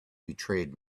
betrayed